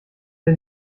der